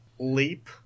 leap